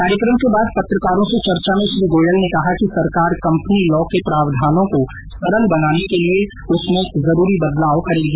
कार्यकम के बाद पत्रकारों से चर्चा में श्री गोयल ने कहा कि सरकार कंपनी लॉ के प्रावधानों को सरल बनाने के लिए उसमें जरूरी बदलाव करेगी